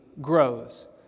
grows